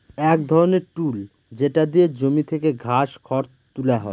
এক ধরনের টুল যেটা দিয়ে জমি থেকে ঘাস, খড় তুলা হয়